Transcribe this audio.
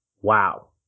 wow